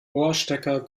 ohrstecker